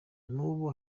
n’ubu